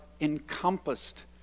encompassed